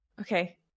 Okay